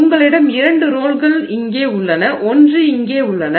உங்களிடம் இரண்டு ரோல்கள் இங்கே உள்ளன ஒன்று இங்கே உள்ளன